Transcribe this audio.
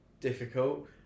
difficult